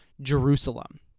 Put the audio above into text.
Jerusalem